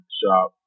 shop